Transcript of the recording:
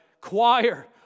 choir